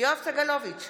סגלוביץ'